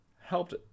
helped